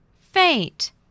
Fate